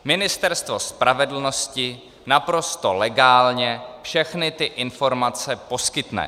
Ministerstvo spravedlnosti naprosto legálně všechny ty informace poskytne.